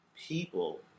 people